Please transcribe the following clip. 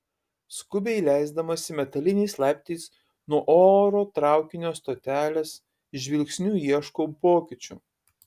skubiai leisdamasi metaliniais laiptais nuo oro traukinio stotelės žvilgsniu ieškau pokyčių